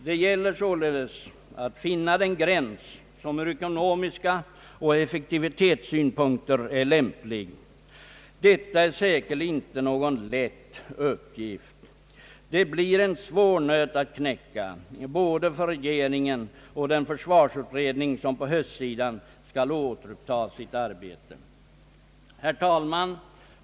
Det gäller således att finna den gräns som ur ekonomiska och effektivitetssynpunkter är lämplig. Detta är säkerligen ingen lätt uppgift. Det blir en hård nöt att knäcka för regeringen och för den försvarsutredning som på höstkanten skall återuppta sitt arbete. Herr talman!